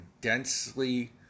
densely